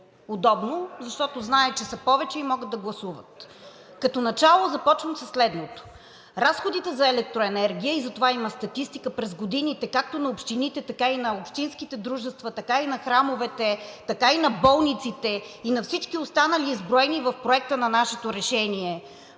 мълчи удобно, защото знае, че са повече и могат да гласуват. Като начало започвам със следното. Разходите за електроенергия – за това има статистика през годините, както на общините, така и на общинските дружества, така и на храмовете, така и на болниците, и на всички останали изброени в проекта на нашето решение